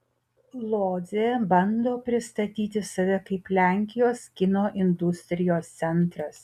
lodzė bando pristatyti save kaip lenkijos kino industrijos centras